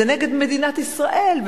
זה נגד מדינת ישראל,